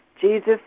Jesus